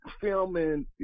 filming